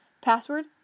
Password